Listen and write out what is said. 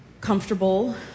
comfortable